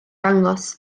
dangos